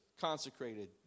consecrated